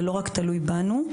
זה תלוי לא רק בנו.